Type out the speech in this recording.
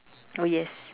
oh yes